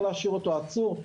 לא להשאיר אותו עצור,